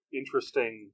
interesting